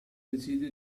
decide